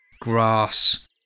grass